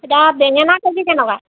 এতিয়া বেঙেনা K G কেনেকুৱা